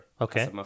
Okay